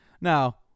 Now